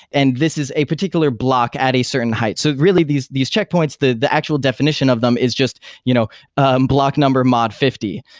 and this is a particular block at a certain height. so really, these these checkpoints, the the actual definition of them is just you know ah block number mod fifty,